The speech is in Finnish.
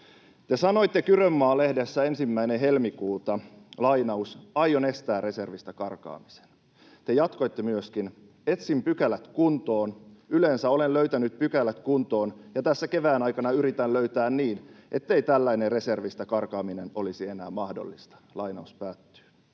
Te sanoitte Kyrönmaa-lehdessä 1. helmikuuta: ”Aion estää reservistä karkaamisen.” Te jatkoitte myöskin: ”Etsin pykälät kuntoon. Yleensä olen löytänyt pykälät kuntoon, ja tässä kevään aikana yritän löytää niin, ettei tällainen reservistä karkaaminen olisi enää mahdollista.”